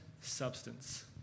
substance